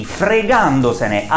fregandosene